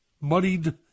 muddied